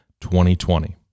2020